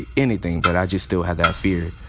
ah anything. but i just still have that fear.